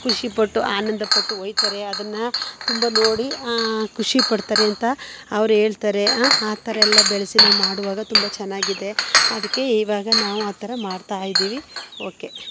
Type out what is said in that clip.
ಖುಷಿಪಟ್ಟು ಆನಂದ ಪಟ್ಟು ಒಯ್ತಾರೆ ಅದನ್ನು ತುಂಬ ನೋಡಿ ಖುಷಿಪಡ್ತಾರೆ ಅಂತ ಅವ್ರು ಹೇಳ್ತಾರೆ ಆ ಥರ ಎಲ್ಲ ಬೆಳೆಸಿ ನಾವು ಮಾಡುವಾಗ ತುಂಬ ಚೆನ್ನಾಗಿದೆ ಅದಕ್ಕೆ ಇವಾಗ ನಾವು ಆ ಥರ ಮಾಡ್ತಾಯಿದ್ದೀವಿ ಓಕೆ